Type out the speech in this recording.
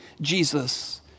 Jesus